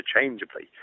interchangeably